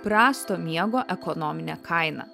prasto miego ekonominę kainą